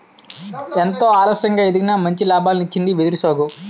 ఎంతో ఆలస్యంగా ఎదిగినా మంచి లాభాల్నిచ్చింది వెదురు సాగు